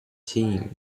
team